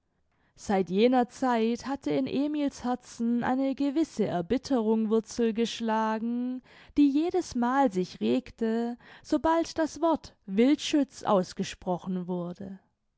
seit jener zeit hatte in emil's herzen eine gewisse erbitterung wurzel geschlagen die jedesmal sich regte sobald das wort wildschütz ausgesprochen wurde